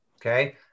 Okay